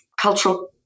cultural